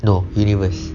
no universe